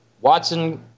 Watson